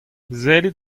sellit